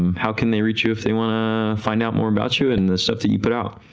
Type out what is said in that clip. um how can they reach you if they want to find out more about you and the stuff that you put out?